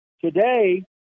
Today